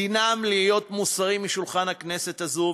דינם להיות מוסרים משולחן הכנסת הזו,